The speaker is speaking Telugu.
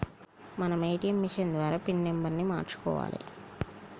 మనం ఏ.టీ.యం మిషన్ ద్వారా పిన్ నెంబర్ను మార్చుకోవాలే